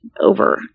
over